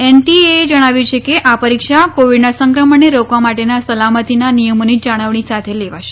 એનટીએએ જણાવ્યું છે કે આ પરીક્ષા કોવિડના સંક્રમણને રોકવા માટેના સલામતીના નિયમોની જાળવણી સાથે લેવાશે